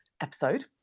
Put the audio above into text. episode